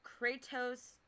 Kratos